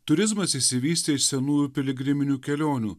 turizmas išsivystė iš senųjų piligriminių kelionių